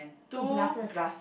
two glasses